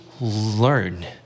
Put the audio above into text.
learn